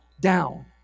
down